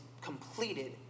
completed